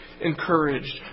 encouraged